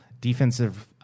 defensive